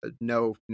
no